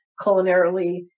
culinarily